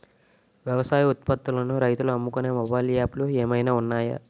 వ్యవసాయ ఉత్పత్తులను రైతులు అమ్ముకునే మొబైల్ యాప్ లు ఏమైనా ఉన్నాయా?